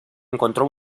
encontró